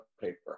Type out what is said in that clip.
paper